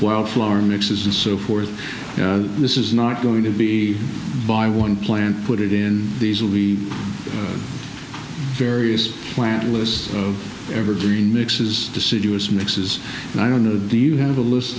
wild flower mixes and so forth this is not going to be by one plant put it in these will be various plant list evergreen mixes deciduous mixes and i don't know do you have a list